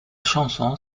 chanson